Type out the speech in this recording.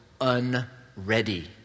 unready